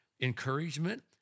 encouragement